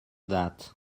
that